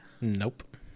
nope